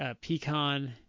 pecan